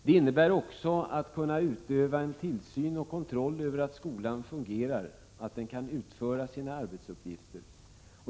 Det innebär också att man kan utöva en tillsyn och kontroll över att skolan fungerar och att den kan utföra sina arbetsuppgifter.